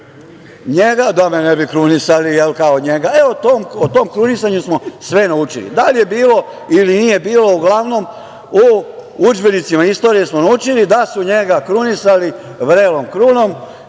da me ne bi krunisali kao njega. E, o tom krunisanju smo sve naučili, da li je bilo ili nije bilo, uglavnom u udžbenicima istorije smo naučili da su njega krunisali vrelom krunom